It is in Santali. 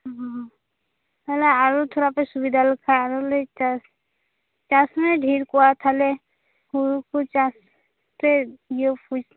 ᱩᱸᱻᱦᱮᱞᱟ ᱟᱨᱦᱚ ᱛᱷᱚᱲᱟᱯᱮ ᱥᱩᱵᱤᱫᱷᱟ ᱞᱮᱠᱷᱟᱡ ᱟᱨᱦᱚᱸᱞᱮ ᱪᱟᱥ ᱪᱟᱥᱞᱮ ᱰᱷᱮᱨ ᱠᱮᱭᱟ ᱛᱟᱦᱚᱞᱮ ᱦᱩᱲᱩᱠᱚ ᱪᱟᱥ ᱴᱷᱮᱫ ᱤᱭᱟ ᱠᱚᱡ